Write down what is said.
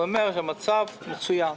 הוא אומר: המצב מצוין.